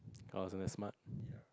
call something smart ya